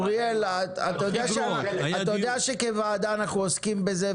אוריאל, ניתן לך לסיים את המשפט.